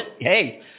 Hey